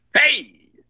hey